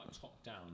top-down